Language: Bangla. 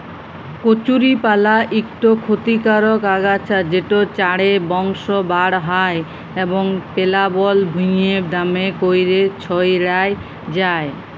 কচুরিপালা ইকট খতিকারক আগাছা যেট চাঁড়ে বংশ বাঢ়হায় এবং পেলাবল ভুঁইয়ে দ্যমে ক্যইরে ছইড়াই যায়